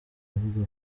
avuga